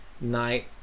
night